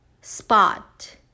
spot